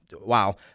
wow